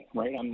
right